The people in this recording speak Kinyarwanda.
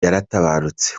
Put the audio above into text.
yaratabarutse